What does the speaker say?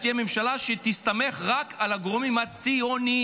שתהיה ממשלה שתסתמך רק על הגורמים הציוניים.